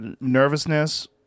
nervousness